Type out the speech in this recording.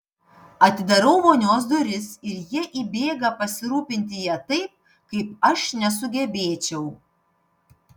atidarau vonios duris ir jie įbėga pasirūpinti ja taip kaip aš nesugebėčiau